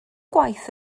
gwaith